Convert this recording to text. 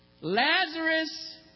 Lazarus